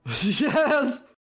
Yes